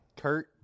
Kurt